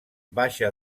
baixa